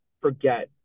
forget